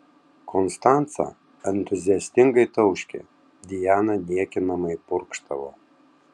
konstanca entuziastingai tauškė diana niekinamai purkštavo